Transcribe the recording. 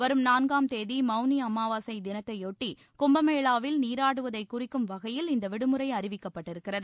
வரும் நான்காம் தேதி மவுனி அமாவாசை தினத்தையொட்டி கும்பமேளாவில் நீராடுவதை குறிக்கும் வகையில் இந்த விடுமுறை அறிவிக்கப்பட்டு இருக்கிறது